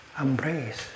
embrace